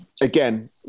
again